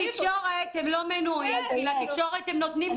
לתקשורת הם לא מנועים, לתקשורת הם נותנים תגובות.